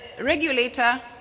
regulator